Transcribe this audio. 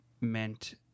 meant